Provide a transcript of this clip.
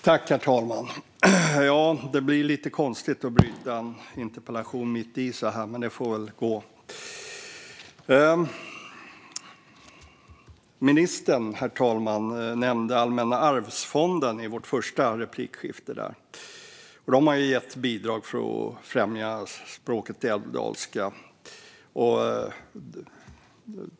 Herr talman! Det blir lite konstigt att bryta mitt i en interpellationsdebatt, men det får gå. Herr talman! Ministern nämnde Allmänna arvsfonden i samband med våra inledande anföranden. Fonden har gett bidrag för att främja språket älvdalska.